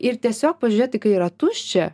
ir tiesiog pažiūrėti kai yra tuščia